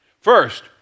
First